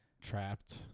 Trapped